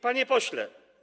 Panie Pośle!